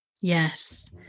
Yes